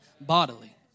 bodily